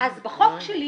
אז בחוק שלי